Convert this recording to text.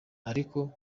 ariko